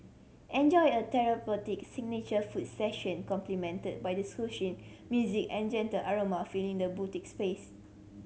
enjoy a therapeutic signature foot session complimented by the soothing music and gentle aroma filling the boutique space